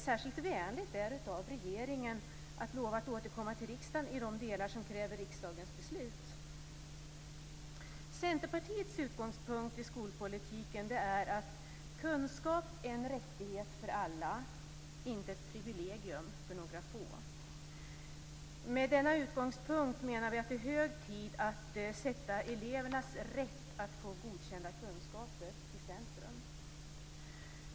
Särskilt vänligt är det av regeringen att lova att återkomma till riksdagen i de delar som kräver riksdagens beslut. Centerpartiets utgångspunkt i skolpolitiken är att kunskap är en rättighet för alla, inte ett privilegium för några få. Med denna utgångspunkt menar vi att det är hög tid att sätta elevernas rätt att få godkända kunskaper i centrum.